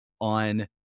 on